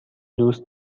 دوست